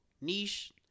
niche